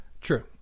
True